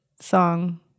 song